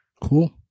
Cool